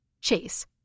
Chase